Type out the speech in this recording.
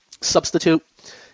substitute